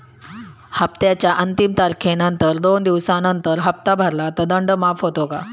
हप्त्याच्या अंतिम तारखेनंतर दोन दिवसानंतर हप्ता भरला तर दंड माफ होतो का?